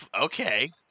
okay